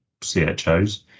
CHOs